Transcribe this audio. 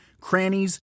crannies